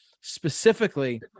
specifically